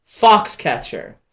Foxcatcher